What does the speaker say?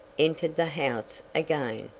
entered the house again.